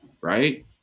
right